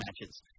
matches